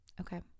Okay